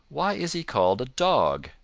why is he called a dog?